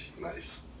Nice